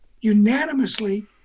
unanimously